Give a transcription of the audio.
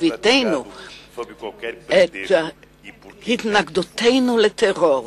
והבענו את התנגדותנו לטרור